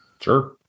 sure